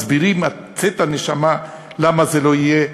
מסבירים עד לצאת הנשמה למה זה לא יהיה,